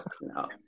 no